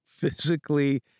physically